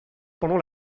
pendant